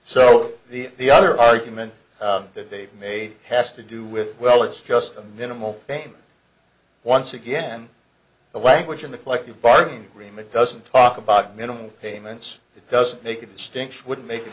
so the the other argument that they've made has to do with well it's just a minimal payment once again the language of the collective bargaining agreement doesn't talk about minimum payments it doesn't make a distinction wouldn't make a